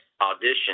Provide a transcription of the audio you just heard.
audition